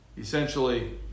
Essentially